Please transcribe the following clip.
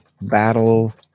battle